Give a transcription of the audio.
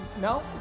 no